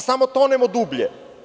Samo tonemo dublje.